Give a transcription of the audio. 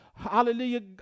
Hallelujah